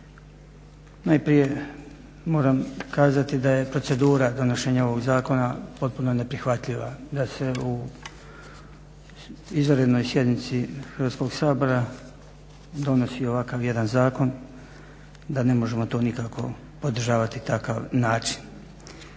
Najprije moram kazati da je procedura donošenja ovog zakona potpuno neprihvatljiva, da se u izvanrednoj sjednici Hrvatskog sabora donosi ovakav jedan zakon, da ne možemo to nikako podržavati takav način.